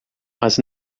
mas